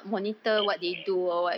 tak ada mood eh